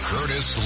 Curtis